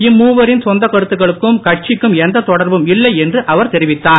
இம்மூவரின் சொந்தக் கருத்துக்களுக்கும் கட்சிக்கும் எந்தத் தொடர்பும் இல்லை என்று அவர் தெரிவித்தார்